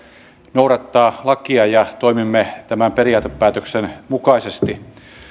noudattaa lakia ja toimimme tämän periaatepäätöksen mukaisesti